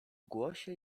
głosie